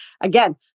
again